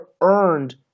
earned